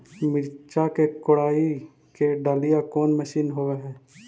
मिरचा के कोड़ई के डालीय कोन मशीन होबहय?